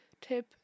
tip